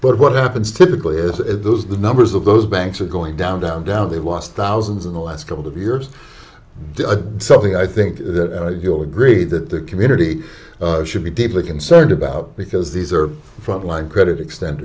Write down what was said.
but what happens typically is those the numbers of those banks are going down down down they've lost thousands in the last couple of years something i think you'll agree that the community should be deeply concerned about because these are front line credit exten